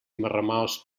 marramaus